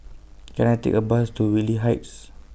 Can I Take A Bus to Whitley Heights